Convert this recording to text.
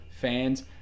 fans